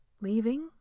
Leaving